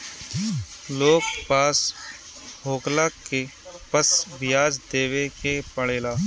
loan पास होखला पअ बियाज देवे के पड़ेला